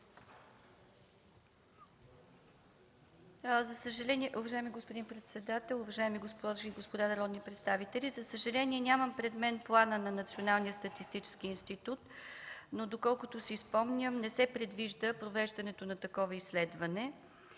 БОБЕВА: Уважаеми господин председател, уважаеми госпожи и господа народни представители! За съжаление, нямам пред мен плана на Националния статистически институт. Доколкото си спомням обаче, не се предвижда провеждането на такова изследване.